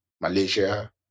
Malaysia